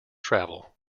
travel